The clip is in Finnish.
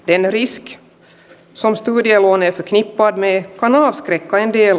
pienen riskin suostui ja luoneet nippa mekkana rekkojen tien